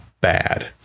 bad